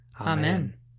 Amen